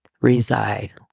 reside